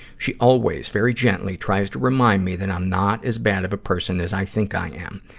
she always, very gently, tries to remind me that i'm not as bad of a person as i think i am.